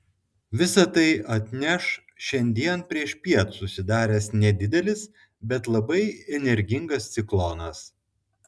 visa tai atneš šiandien priešpiet susidaręs nedidelis bet labai energingas ciklonas